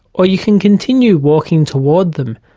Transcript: or you can continue walking towards them,